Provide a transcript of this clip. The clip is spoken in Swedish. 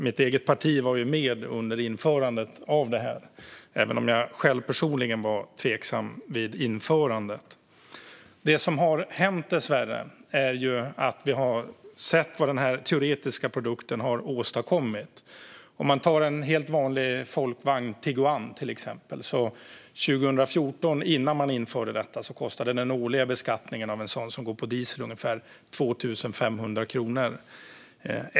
Mitt eget parti var med under införandet av systemet, även om jag själv personligen var tveksam vid införandet. Det som dessvärre har hänt är att vi har sett vad den här teoretiska produkten har åstadkommit. Om man tar en helt vanlig folkvagn, Tiguan till exempel, kostade den årliga beskattningen av en sådan som går på diesel ungefär 2 500 kronor 2014, innan man införde detta.